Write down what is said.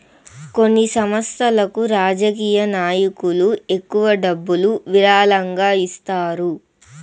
కొన్ని సంస్థలకు రాజకీయ నాయకులు ఎక్కువ డబ్బులు విరాళంగా ఇస్తారు